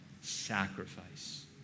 sacrifice